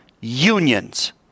unions